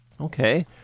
Okay